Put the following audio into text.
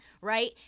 right